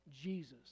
Jesus